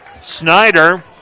Snyder